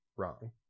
Wrong